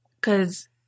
Cause